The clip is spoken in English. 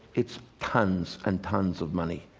it's tons and tons of money.